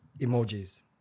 emojis